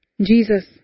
Jesus